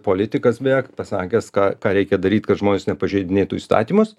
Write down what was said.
politikas beveik pasakęs ką ką reikia daryt kad žmonės nepažeidinėtų įstatymus